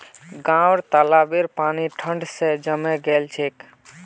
गांउर तालाबेर पानी ठंड स जमें गेल छेक